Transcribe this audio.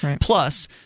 Plus